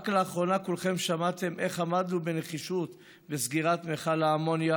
רק לאחרונה כולכם שמעתם איך עמדנו בנחישות על סגירת מכל האמוניה.